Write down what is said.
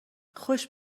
خوش